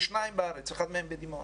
יש שניים בארץ, אחד מהם בדימונה.